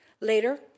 Later